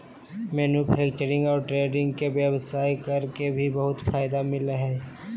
manufacturing और trading के व्यवसाय कर के भी बहुत फायदा मिलय हइ